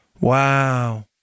wow